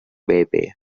baby